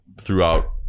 throughout